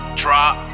drop